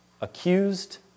accused